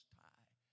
tie